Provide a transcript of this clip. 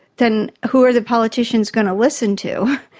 then who are the politicians going to listen to?